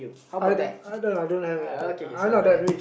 I don't I don't have any I'm not that rich